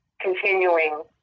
continuing